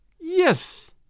Yes